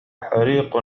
حريق